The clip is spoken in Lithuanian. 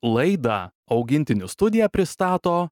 laidą augintinių studija pristato